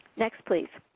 next please.